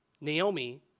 Naomi